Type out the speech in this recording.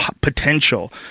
potential